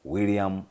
William